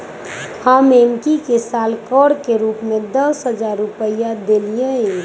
हम एम्की के साल कर के रूप में दस हज़ार रुपइया देलियइ